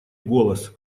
голос